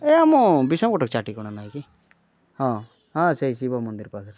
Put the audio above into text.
ଏ ଆମ ଚାଟି କଣା ନାଇଁ କି ହଁ ହଁ ସେଇ ଶିବ ମନ୍ଦିର ପାଖରେ